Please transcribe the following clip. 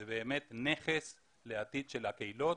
זה באמת נכס לעתיד של הקהילות,